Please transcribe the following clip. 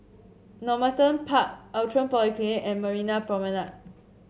Normanton Park Outram Polyclinic and Marina Promenade